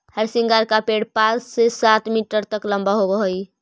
हरसिंगार का पेड़ पाँच से सात मीटर तक लंबा होवअ हई